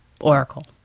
oracle